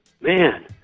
man